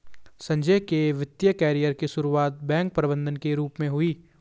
संजय के वित्तिय कैरियर की सुरुआत बैंक प्रबंधक के रूप में हुई